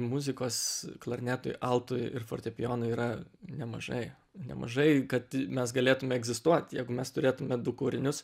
muzikos klarnetui altui ir fortepijonui yra nemažai nemažai kad mes galėtume egzistuot jeigu mes turėtume du kūrinius